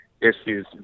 issues